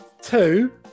Two